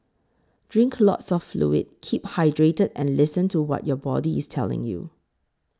drink lots of fluid keep hydrated and listen to what your body is telling you